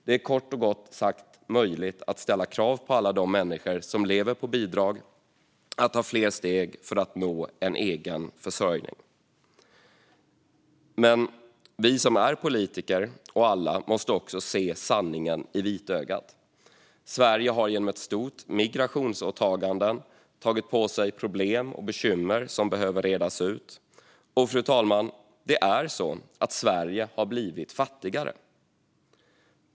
Det är kort sagt möjligt att ställa krav på alla de människor som lever på bidrag att ta fler steg för att nå en egen försörjning. Vi som är politiker, och alla andra, måste dock se sanningen i vitögat: Sverige har genom ett stort migrationsåtagande tagit på sig problem och bekymmer som behöver redas ut. Och Sverige har blivit fattigare, fru talman.